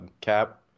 cap